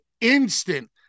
instant